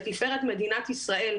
"לתפארת מדינת ישראל"